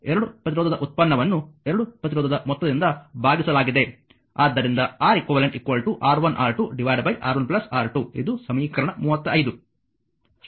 ಎರಡು ಪ್ರತಿರೋಧದ ಉತ್ಪನ್ನವನ್ನು ಎರಡು ಪ್ರತಿರೋಧದ ಮೊತ್ತದಿಂದ ಭಾಗಿಸಲಾಗಿದೆ ಆದ್ದರಿಂದ R eq R1 R2 R1 R2 ಇದು ಸಮೀಕರಣ 35